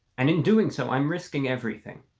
and in doing so i'm risking everything